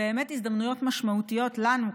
באמת הזדמנויות משמעותיות לנו,